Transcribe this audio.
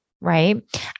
right